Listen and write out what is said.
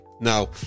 no